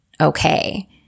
okay